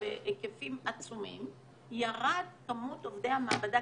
בהיקפים עצומים ירדה כמות עובדי המעבדה,